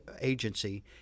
agency